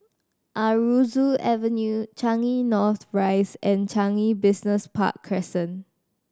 Aroozoo Avenue Changi North Rise and Changi Business Park Crescent